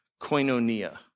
Koinonia